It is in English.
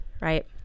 right